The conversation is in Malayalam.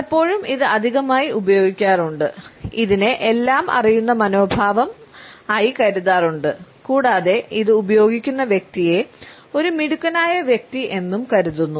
പലപ്പോഴും ഇത് അധികമായി ഉപയോഗിക്കാറുണ്ട് ഇതിനെ 'എല്ലാം അറിയുന്ന മനോഭാവം' ആയി കരുതാറുണ്ട് കൂടാതെ ഇത് ഉപയോഗിക്കുന്ന വ്യക്തിയെ ഒരു മിടുക്കനായ വ്യക്തി എന്നും കരുതുന്നു